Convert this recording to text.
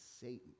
Satan